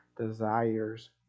desires